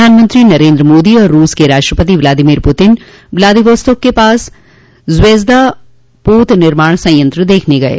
प्रधानमंत्री नरेन्द्र मोदी और रूस के राष्ट्रपति व्लांदिमीर पुतिन व्लादिवोस्तोक के पास ज्वेजदा पोत निर्माण संयंत्र देखने गये